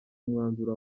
umwanzuro